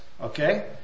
okay